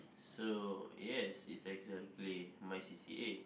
so yes it's exactly my C_C_A